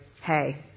hey